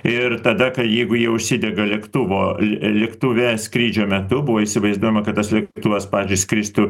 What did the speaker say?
ir tada kai jeigu jie užsidega lėktuvo lėktuve skrydžio metu buvo įsivaizduojama kad tas lėktuvas pavyzdžiui skristų